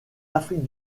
afrique